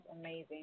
amazing